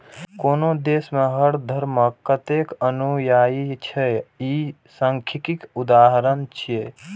कोनो देश मे हर धर्मक कतेक अनुयायी छै, ई सांख्यिकीक उदाहरण छियै